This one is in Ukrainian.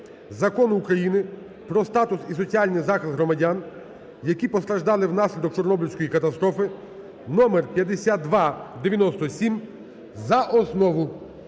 Закону України "Про статус і соціальний захист громадян, які постраждали внаслідок Чорнобильської катастрофи" (№5297) за основу.